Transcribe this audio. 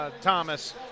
Thomas